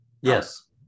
yes